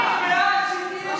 אבל אני לא בטוח שתהיה מפלגה,